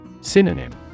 Synonym